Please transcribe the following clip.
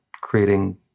creating